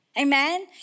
Amen